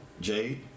Jade